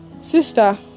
sister